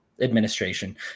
administration